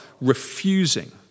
refusing